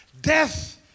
Death